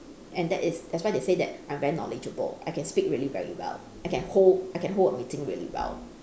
and that is that's why they say that I'm very knowledgeable I can speak really very well I can hold I can hold a meeting really well